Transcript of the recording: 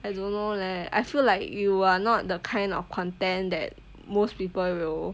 I don't know leh I feel like you are not the kind of content that most people will